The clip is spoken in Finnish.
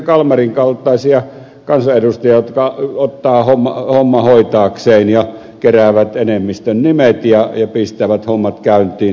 kalmarin kaltaisia kansanedustajia jotka ottavat homman hoitaakseen ja keräävät enemmistön nimet ja pistävät hommat käyntiin